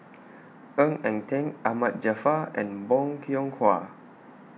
Ng Eng Teng Ahmad Jaafar and Bong Hiong Hwa